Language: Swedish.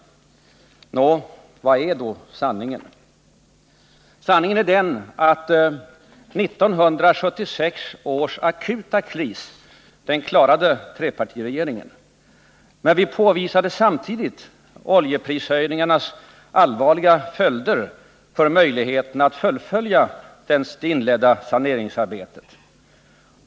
Nå, vad är då sanningen? Sanningen är den att 1976 års akuta kris, den klarade trepartiregeringen. Men vi påvisade samtidigt oljeprishöjningarnas allvarliga följder för möjligheterna att fullfölja det inledda saneringsarbetet.